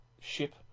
ship